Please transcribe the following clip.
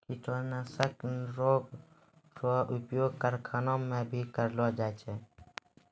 किटोसनक रो उपयोग करखाना मे भी करलो जाय छै